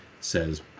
says